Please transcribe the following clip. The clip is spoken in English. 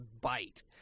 bite